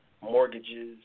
mortgages